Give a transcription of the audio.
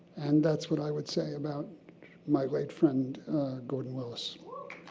and that's what i would say about my great friend gordon willis.